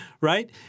right